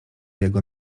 jego